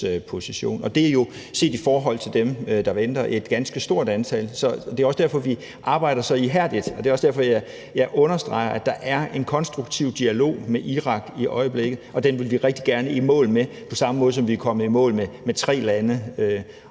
og det er jo set i forhold til dem, der venter, et ganske stort antal. Det er også derfor, vi arbejder så ihærdigt, og det er også derfor, jeg understreger, at der er en konstruktiv dialog med Irak i øjeblikket, og den vil vi rigtig gerne i mål med på samme måde, som vi er kommet i mål med dialogen